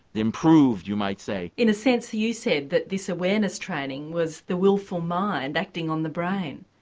improved you might say. in a sense you said that this awareness training was the wilful mind acting on the brain.